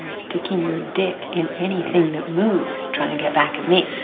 sticking your dick in anything that moves, trying to get back at me.